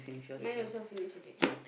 mine also finish already